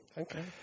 Okay